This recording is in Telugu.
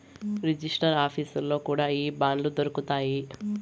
రిజిస్టర్ ఆఫీసుల్లో కూడా ఈ బాండ్లు దొరుకుతాయి